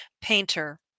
painter